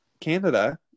Canada